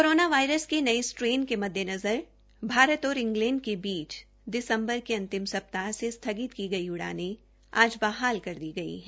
corona virus के नये strain के मददेनज़र भारत और इंग्लैंड के बीच दिसम्बर से अंतिम सप्ताह से स्थगित की गई उड़ाने आज बहाल कर दी गई है